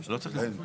נמשיך.